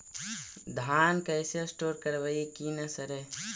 धान कैसे स्टोर करवई कि न सड़ै?